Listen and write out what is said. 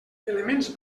elements